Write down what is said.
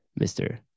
Mr